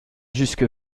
jusque